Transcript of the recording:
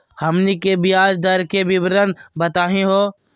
हमनी के ब्याज दर के विवरण बताही हो?